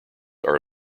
are